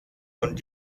und